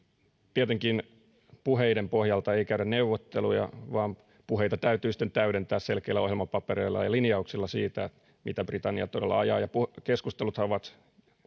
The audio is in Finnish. tietenkään puheiden pohjalta ei käydä neuvotteluja vaan puheita täytyy sitten täydentää selkeillä ohjelmapapereilla ja linjauksilla siitä mitä britannia todella ajaa keskusteluthan ovat